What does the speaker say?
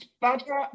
butter